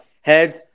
heads